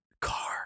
car